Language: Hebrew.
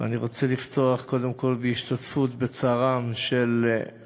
אני רוצה לפתוח קודם כול בהשתתפות בצער על נרצחי